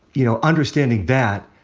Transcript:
you know, understanding that,